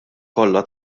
kollha